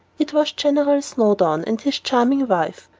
it was general snowdon and his charming wife.